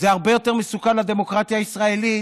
זה הרבה יותר מסוכן לדמוקרטיה הישראלית